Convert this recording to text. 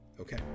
Okay